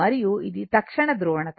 మరియు ఇది తక్షణ ధ్రువణత